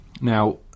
Now